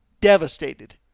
devastated